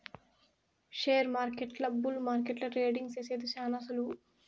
షేర్మార్కెట్ల బుల్ మార్కెట్ల ట్రేడింగ్ సేసేది శాన సులువు